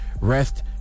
rest